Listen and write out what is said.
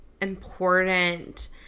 important